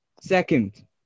Second